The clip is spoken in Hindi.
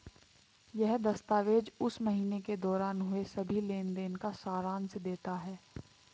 यह दस्तावेज़ उस महीने के दौरान हुए सभी लेन देन का सारांश देता है